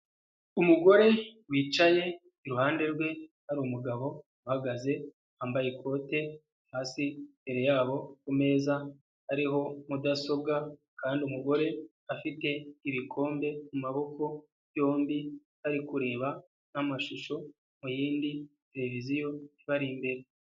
Umugore wicaye iruhande rwe hari umugabo uhagaze wambaye ikote, hasi imbere yabo ku meza hariho mudasobwa kandi umugore afite ibikombe mu maboko yombi, ari kureba n'amashusho mu yindi televiziyo ibari imbere.